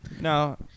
No